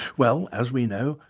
well, as we know,